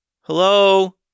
Hello